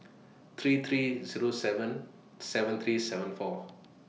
three three Zero seven seven three seven four